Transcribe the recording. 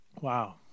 Wow